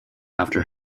after